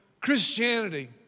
Christianity